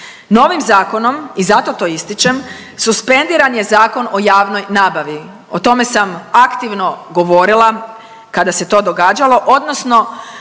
Novim zakonom i zato to ističem, suspendiran je Zakon o javnoj nabavi, o tome sam aktivno govorila kada se to događalo odnosno